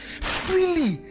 freely